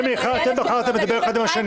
אתם בחרתם לדבר אחד עם השני.